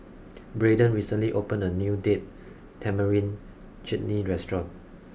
Braeden recently opened a new Date Tamarind Chutney restaurant